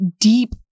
deep